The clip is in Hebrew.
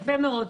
זה יפה מאוד,